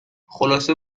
خلاصه